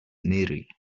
mary